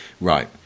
right